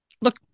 look